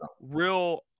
real